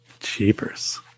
cheapers